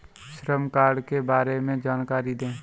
श्रम कार्ड के बारे में जानकारी दें?